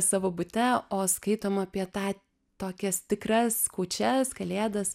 savo bute o skaitoma apie tą tokias tikras kūčias kalėdas